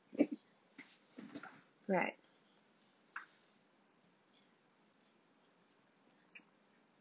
right